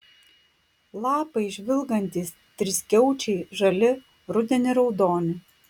lapai žvilgantys triskiaučiai žali rudenį raudoni